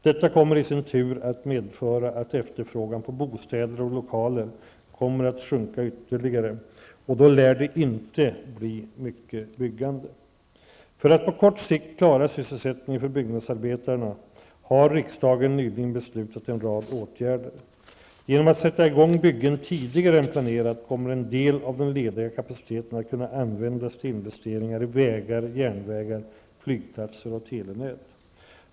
Detta kommer i sin tur att medföra att efterfrågan på bostäder och lokaler minskar ytterligare, och då lär det inte bli mycket byggande. För att på kort sikt klara sysselsättningen för byggnadsarbetarna har riksdagen nyligen beslutat en rad åtgärder. Genom att sätta i gång byggen tidigare än planerat kommer en del av den lediga kapaciteten att kunna användas till investeringar i vägar, järnvägar, flygplatser och telenät.